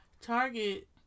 Target